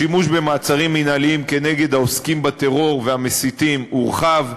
השימוש במעצרים מינהליים כנגד העוסקים בטרור והמסיתים הורחב,